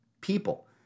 people